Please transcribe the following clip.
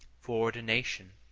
foreordination,